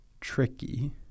tricky